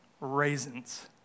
raisins